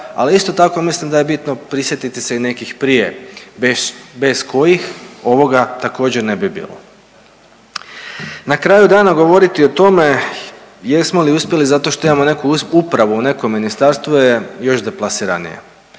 ali isto tako mislim da je bitno prisjetiti se i nekih prije bez kojih ovoga također ne bi bilo. Na kraju dana govoriti o tome jesmo li uspjeli zato što imamo neku upravu, neko ministarstvo je još deplasiranije.